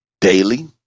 daily